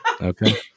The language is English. okay